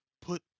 put